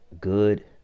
good